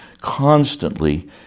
constantly